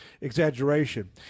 exaggeration